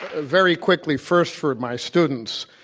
very quickly first for my students,